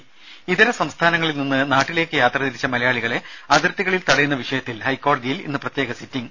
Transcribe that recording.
ത ഇതര സംസ്ഥാനങ്ങളിൽ നിന്ന് നാട്ടിലേക്ക് യാത്രതിരിച്ച മലയാളികളെ അതിർത്തികളിൽ തടയുന്ന വിഷയത്തിൽ ഹൈക്കോടതിയിൽ ഇന്ന് പ്രത്യേക സിറ്റിങ്